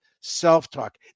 self-talk